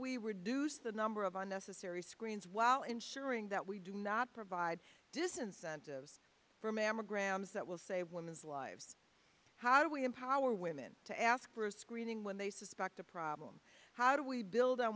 we reduce the number of unnecessary screens while ensuring that we do not provide disincentives for mammograms that will save women's lives how do we empower women to ask for a screening when they suspect a problem how do we build on